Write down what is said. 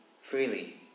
freely